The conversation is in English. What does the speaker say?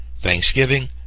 Thanksgiving